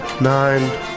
Nine